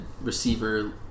receiver